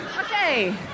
Okay